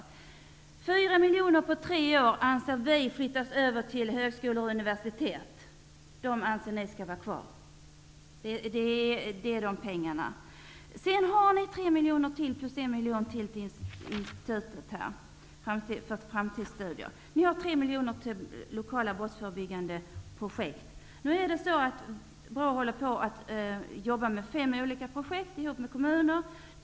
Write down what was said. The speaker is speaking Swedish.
Vi anser att 4 miljoner på tre år skall flyttas över till högskolor och universitet. Ni anser att de skall vara kvar hos BRÅ. Sedan vill ni ha 3 miljoner, plus 1 miljon till Institutet för framtidsstudier. Ni vill också anslå 3 miljoner till lokala brottsförebyggande projekt. BRÅ jobbar nu med fem olika projekt tillsammans med kommuner.